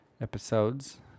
episodes